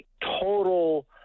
total